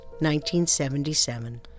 1977